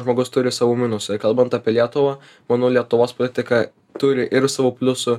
žmogus turi savų minusų ir kalbant apie lietuvą manau lietuvos politika turi ir savų pliusų